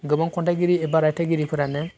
गोबां खन्थाइगिरि एबा रायथाइगिरिफोरानो